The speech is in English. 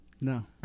No